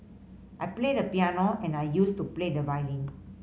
I play the piano and I used to play the violin